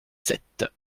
sept